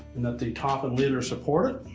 and that the top and lid are supported.